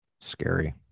Scary